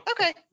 Okay